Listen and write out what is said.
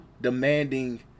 demanding